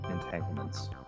entanglements